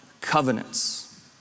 covenants